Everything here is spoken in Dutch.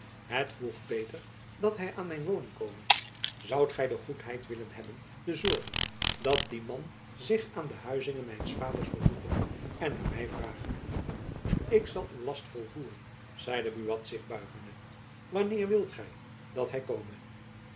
het voegt beter dat hy aan mijn woning kome zoudt gy de goedheid willen hebben te zorgen dat die man zich aan de huizinge mijns vaders veryoege en naar my vrage ik zal uw last volvoeren zeide buat zich buigende wanneer wilt gy dat hy kome